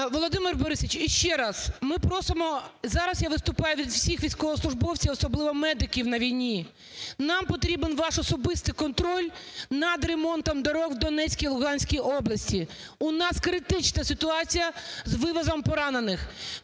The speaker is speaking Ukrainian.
Володимире Борисовичу, іще раз, ми просимо, зараз я виступаю від всіх військовослужбовців, особливо медиків на війні, нам потрібен ваш особистий контроль над ремонтом доріг в Донецькій і Луганській області. У нас критична ситуація з вивозом поранених.